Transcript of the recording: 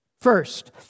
First